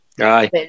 Aye